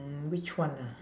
mm which one ah